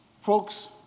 Folks